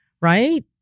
Right